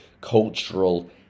cultural